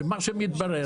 מתברר